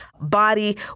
body